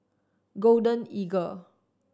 Golden Eagle